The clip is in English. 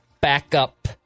backup